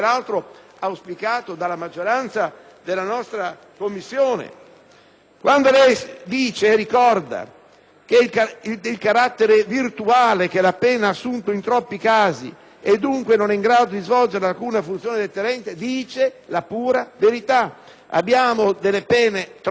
Quando ricorda il carattere virtuale che la pena ha assunto in troppi casi e la sua inefficacia nello svolgere una funzione deterrente dice la pura verità: abbiamo pene troppo elevate con condanne che i condannati purtroppo non scontano.